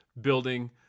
building